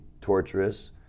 torturous